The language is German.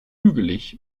hügelig